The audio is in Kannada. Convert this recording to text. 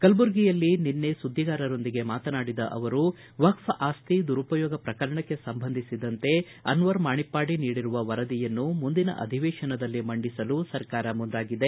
ಕಲಬುರ್ಗಿಯಲ್ಲಿ ನಿನ್ನೆ ಸುದ್ವಿಗಾರರೊಂದಿಗೆ ಮಾತನಾಡಿದ ಅವರು ವಕ್ಫ ಆಸ್ತಿ ದುರುಪಯೋಗ ಪ್ರಕರಣಕ್ಕೆ ಸಂಬಂಧಿಸಿದಂತೆ ಅನ್ವರ್ ಮಾಣಿಪ್ಪಾಡಿ ನೀಡಿರುವ ವರದಿಯನ್ನು ಮುಂದಿನ ಅಧಿವೇಶನದಲ್ಲಿ ಮಂಡಿಸಲು ಸರ್ಕಾರ ಮುಂದಾಗಿದೆ